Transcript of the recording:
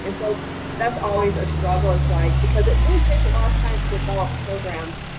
and so that's always a struggle. and like because it really takes a lot of time to develop programs,